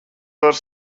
var